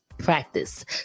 practice